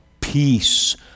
peace